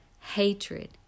hatred